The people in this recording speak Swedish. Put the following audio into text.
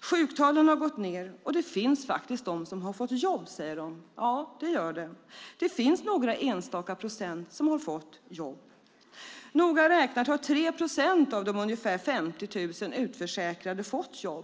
Sjuktalen har gått ned, och det finns faktiskt de som har fått jobb, säger de. Ja, det gör det. Det finns några enstaka procent som har fått jobb. Noga räknat har 3 procent av de ungefär 50 000 utförsäkrade fått jobb.